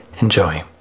enjoy